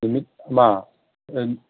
ꯅꯨꯃꯤꯠ ꯑꯃ